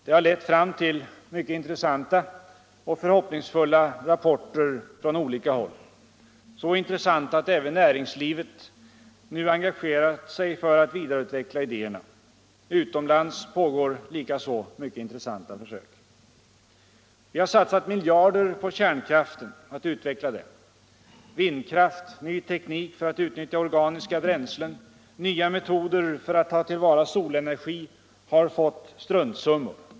Det har lett fram till mycket intressanta och förhoppningsfulla rapporter från olika håll, så intressanta att även näringslivet nu har engagerat sig för att vidareutveckla idéerna. Utomlands pågår också mycket intressanta försök. Vi har satsat miljarder för att utveckla kärnkraften. Vindkraft, ny teknik för att utnyttja organiska bränslen, nya metoder för att ta till vara solenergi har fått struntsummor.